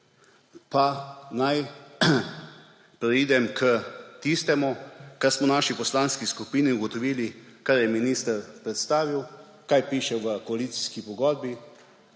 Pa naj preidem k tistemu, kar smo v naši poslanski skupini ugotovili, kar je minister predstavil, kaj piše v koalicijski pogodbi